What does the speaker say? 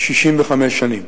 63 שנים.